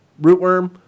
Rootworm